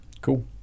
cool